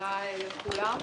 תודה לכולם.